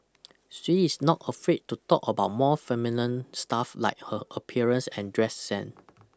she is not afraid to talk about more feminine stuff like her appearance and dress sense